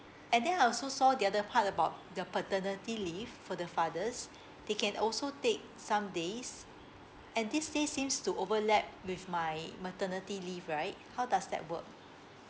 and then I also saw the other part about the paternity leave for the fathers they can also take some days and these days seems to overlap with my maternity leave right how does that work